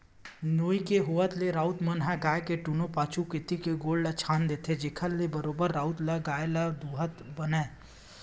नोई के होय ले राउत मन ह गाय के दूनों पाछू कोती के गोड़ ल छांद देथे, जेखर ले बरोबर राउत ल गाय ल बने दूहत बनय